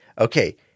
okay